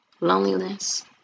loneliness